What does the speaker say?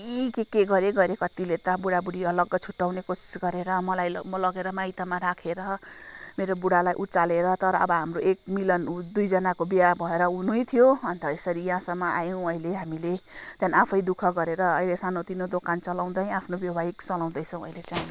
कति के के गऱ्यो कतिले त बुडा बुडी अलग्गै छुट्याउने कोसिस गरेर मलाई लगेर माइतमा राखेर मेरो बुडालाई उचालेर तर अब हाम्रो एक मिलन दुईजनाको बिहा भएर हुनै थियो अन्त यसरी यहाँसम्म आयौँ अहिले हामीले त्याहाँदेखि आफैँ दुःख गरेर अहिले सानो तिनो दोकान चलाउँदै आफ्नो वैवाहिक चलाउँदै छौ अहिले चाहिँ हामी